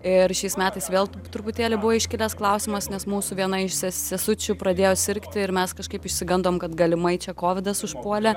ir šiais metais vėl truputėlį buvo iškilęs klausimas nes mūsų viena iš sesučių pradėjo sirgti ir mes kažkaip išsigandom kad galimai čia kovidas užpuolė